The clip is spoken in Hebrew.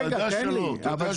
אתה יודע שזה לא נכון.